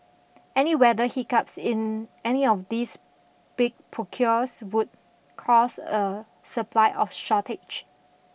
any weather hiccups in any of these big procures would cause a supply of shortage